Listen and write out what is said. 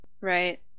Right